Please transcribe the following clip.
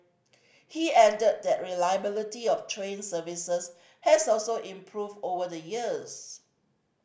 he added that reliability of train services has also improved over the years